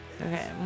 Okay